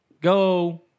go